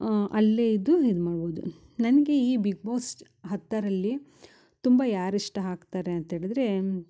ಅಲ್ಲೆ ಇದ್ದು ಇದು ಮಾಡ್ಬೋದು ನನಗೆ ಈ ಬಿಗ್ ಬಾಸ್ ಹತ್ತರಲ್ಲಿ ತುಂಬ ಯಾರು ಇಷ್ಟ ಆಗ್ತಾರೆ ಅಂತೇಳಿದರೆ